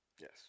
Yes